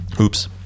oops